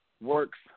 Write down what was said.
works